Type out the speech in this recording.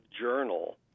journal